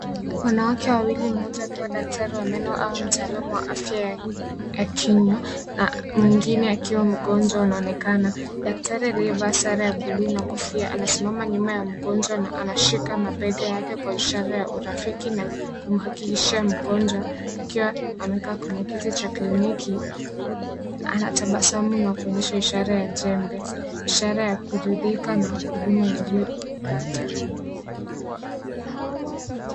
Wanawake walili mmoja akiwa daktari wa meno au mtaalam wa afya ya kinywa na mwingine akiwa mgonjwa anaonekana, daktari aliyevaa sare ya buluu na kofia anasimama nyuma ya mgonjwa na anashika mabega yake kwa ishara ya urafiki na kumhakikishia mgonjwa akiwa amekaa kwenye kiti cha kliniki anatabasamu na kuonyesha ishara ya jembe ishara ya kuridhikana huduma iliyopata.